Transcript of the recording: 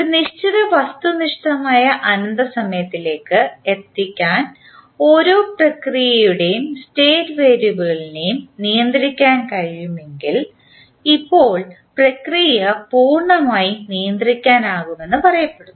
ഒരു നിശ്ചിത വസ്തുനിഷ്ഠമായ അനന്ത സമയത്തിലേക്ക് എത്താൻ ഓരോ പ്രക്രിയയുടെ സ്റ്റേറ്റ് വേരിയബിളിനെയും നിയന്ത്രിക്കാൻ കഴിയുമെങ്കിൽ ഇപ്പോൾ പ്രക്രിയ പൂർണ്ണമായും നിയന്ത്രിക്കാനാകുമെന്ന് പറയപ്പെടുന്നു